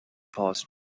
passed